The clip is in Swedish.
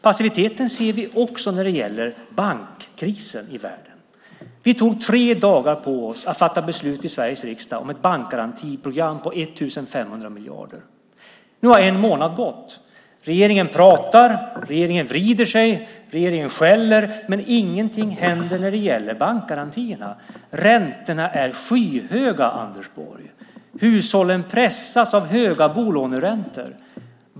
Passiviteten ser vi också när det gäller bankkrisen i världen. Vi tog tre dagar på oss för att fatta beslut i Sveriges riksdag om ett bankgarantiprogram på 1 500 miljarder. Nu har en månad gått. Regeringen pratar. Regeringen vrider sig. Regeringen skäller. Men ingenting händer när det gäller bankgarantierna. Räntorna är skyhöga, Anders Borg! Hushållen pressas av höga bolåneräntor.